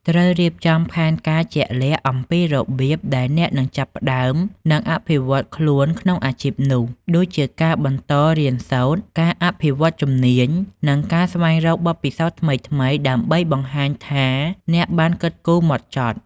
ត្រូវរៀបចំផែនការជាក់លាក់អំពីរបៀបដែលអ្នកនឹងចាប់ផ្តើម និងអភិវឌ្ឍខ្លួនក្នុងអាជីពនោះ ដូចជាការបន្តរៀនសូត្រ ការអភិវឌ្ឍជំនាញ និងការស្វែងរកបទពិសោធន៍ថ្មីៗ ដើម្បីបង្ហាញថាអ្នកបានគិតគូរហ្មត់ចត់។